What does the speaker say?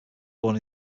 born